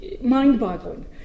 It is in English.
mind-boggling